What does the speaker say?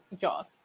Jaws